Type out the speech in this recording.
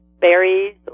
berries